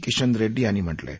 किशन रेङ्डी यांनी म्हटलं आहे